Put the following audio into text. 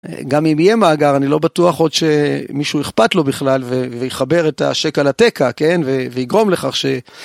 גם אם יהיה מאגר אני לא בטוח עוד שמישהו אכפת לו בכלל ויחבר את השקע לתקע, כן, ויגרום לכך ש...